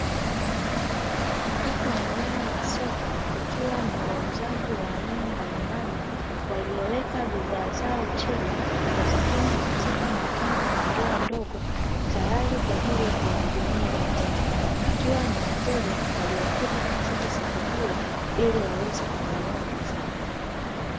Katika eneo la soko kukiwa na wauzaji wa aina mbalimbali walioweka bidhaa zao chini, na zingine katika matenga na ndoo ndogo tayari kwa ajili ya kuwahudumia wateja. Kukiwa na wateja waliofika katika soko hilo ili waweze kununua bidhaa.